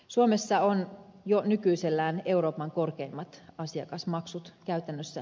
suomessa on jo nykyisellään euroopan korkeimmat asiakasmaksut käytännössä